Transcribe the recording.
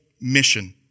mission